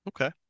okay